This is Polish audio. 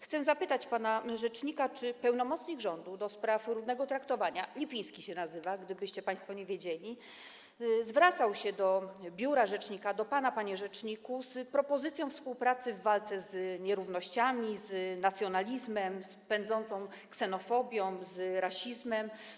Chcę zapytać pana rzecznika, czy pełnomocnik rządu do spraw równego traktowania - Lipiński się nazywa, gdybyście państwo nie wiedzieli - zwracał się do biura rzecznika, do pana, panie rzeczniku, z propozycją współpracy w zakresie walki z nierównościami, z nacjonalizmem, z pędzącą ksenofobią, z rasizmem.